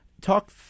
talk